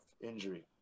injury